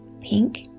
pink